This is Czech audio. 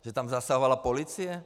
Že tam zasahovala policie?